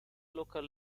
local